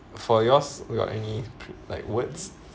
for yours you got any ph~ like words